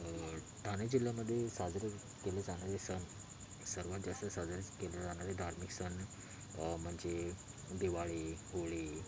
ठाणे जिल्ह्यामध्ये साजरे केले जाणारे सण सर्वात जास्त साजरे केले जाणारे धार्मिक सण म्हणजे दिवाळी होळी